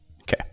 Okay